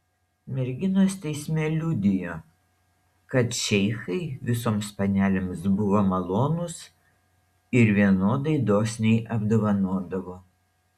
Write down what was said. merginos teisme liudijo kad šeichai visoms panelėms buvo malonūs ir vienodai dosniai apdovanodavo